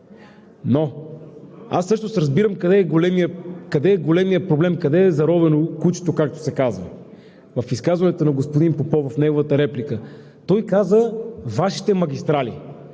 Но аз всъщност разбирам къде е големият проблем, къде е заровено кучето, както се казва. Господин Попов в неговата реплика каза: Вашите магистрали.